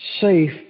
safe